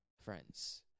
friends